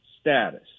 status